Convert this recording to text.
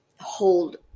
hold